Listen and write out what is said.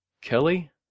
Kelly